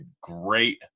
great